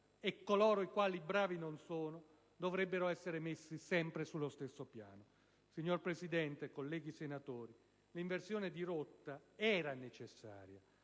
e coloro i quali bravi non sono, dovrebbero essere messi sempre sullo stesso piano. Signor Presidente, colleghi senatori, l'inversione di rotta era necessaria.